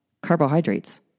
carbohydrates